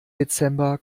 dezember